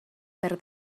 per